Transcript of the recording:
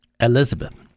Elizabeth